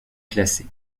classé